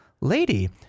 lady